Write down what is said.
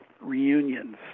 reunions